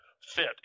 Fit